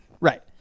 right